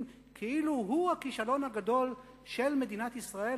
כאילו הוא הכישלון הגדול של מדינת ישראל,